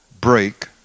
break